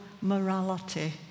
morality